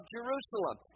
Jerusalem